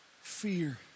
fear